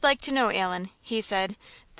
you would like to know, allan, he said,